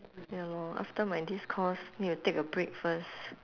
ya lor after my this course need to take a break first